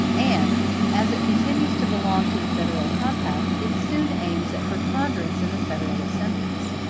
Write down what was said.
and as it continues to belong to the federal compact, it soon aims at preponderance in the federal assemblies.